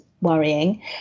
worrying